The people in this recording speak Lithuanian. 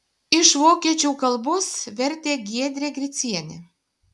iš vokiečių kalbos vertė giedrė gricienė